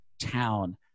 town